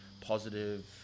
positive